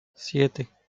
siete